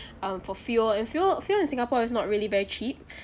um for fuel and fuel fuel in singapore is not really very cheap